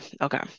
Okay